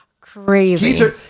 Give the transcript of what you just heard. Crazy